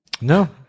No